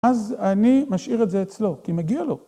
אז אני משאיר את זה אצלו, כי מגיע לו.